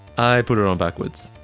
i put it on backwards.